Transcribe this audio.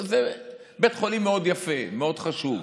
זה בית חולים מאוד יפה, מאוד חשוב.